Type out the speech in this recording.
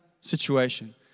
situation